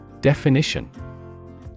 Definition